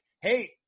hey